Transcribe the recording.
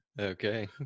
Okay